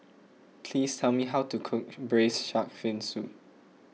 please tell me how to cook Braised Shark Fin Soup